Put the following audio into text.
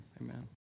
amen